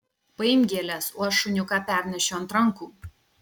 paimk gėles o aš šuniuką pernešiu ant rankų